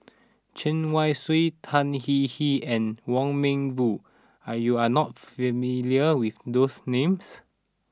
Chen Wen Hsi Tan Hwee Hwee and Wong Meng Voon are you are not familiar with those names